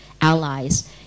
allies